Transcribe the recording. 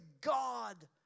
God